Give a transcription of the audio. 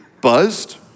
buzzed